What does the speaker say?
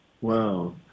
Wow